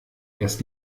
erst